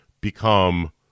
become